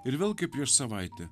ir vėl kaip prieš savaitę